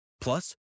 plus